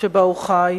שבה הוא חי